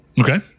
okay